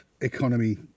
economy